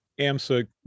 AMSA